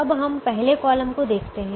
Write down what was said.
अब हम पहले कॉलम को देखते हैं